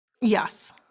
Yes